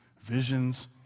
visions